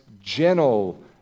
gentle